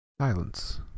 Silence